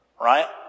right